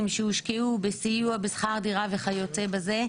שהושקעו בסיוע בשכר דירה וכיוצא בזה,